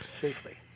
safely